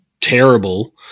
terrible